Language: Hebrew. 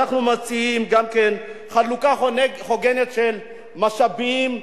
אנחנו מציעים גם חלוקה הוגנת של משאבים,